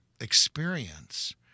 experience